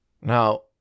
Now